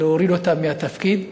להוריד אותם מהתפקיד?